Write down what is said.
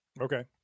Okay